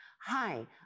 Hi